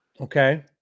Okay